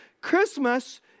Christmas